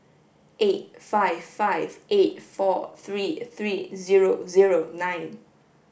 eight five five eight four three three zero zero nine